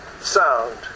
sound